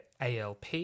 ALP